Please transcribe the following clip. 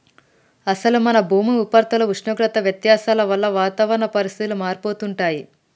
అసలు మన భూమి ఉపరితల ఉష్ణోగ్రత వ్యత్యాసాల వల్ల వాతావరణ పరిస్థితులు మారిపోతుంటాయి